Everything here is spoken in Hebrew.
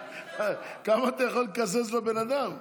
כמה אתה יכול לקזז לבן אדם.